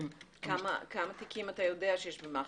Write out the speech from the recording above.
כמה תיקים אתה יודע שיש במח"ש?